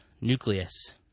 Nucleus